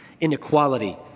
inequality